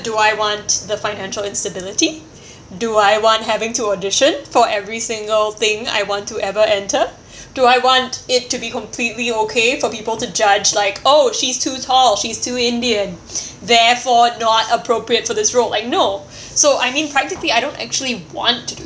do I want the financial instability do I want having to audition for every single thing I want to ever enter do I want it to be completely okay for people to judge like oh she's too tall she's too indian therefore not appropriate for this role like no so I mean practically I don't actually want to do